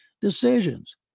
decisions